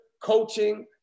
coaching